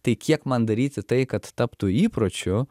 tai kiek man daryti tai kad taptų įpročiu